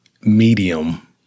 medium